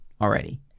already